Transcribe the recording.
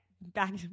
Back